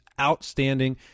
outstanding